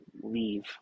leave